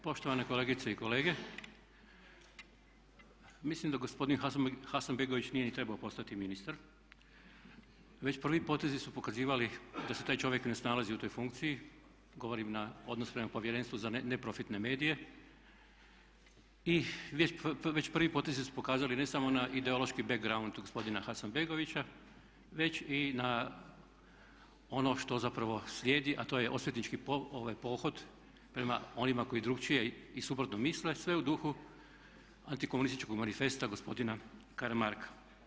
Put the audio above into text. Poštovane kolegice i kolege mislim da gospodin Hasanbegović nije ni trebao postati ministar, već prvi potezi su pokazivali da se taj čovjek ne snalazi u toj funkciji govorim na odnos prema Povjerenstvu za neprofitne medije, i već prvi potezi su pokazali ne samo na ideološki background gospodina Hasanbegovića već i na ono što zapravo slijedi a to je osvetnički pohod prema onima koji drukčije i suprotno misle sve u duhu antikomunističkog manifesta gospodina Karamarka.